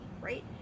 right